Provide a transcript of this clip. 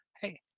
hey